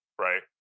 right